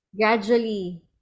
gradually